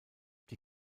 die